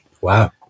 Wow